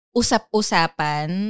usap-usapan